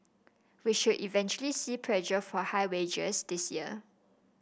we should eventually see pressure for higher wages this year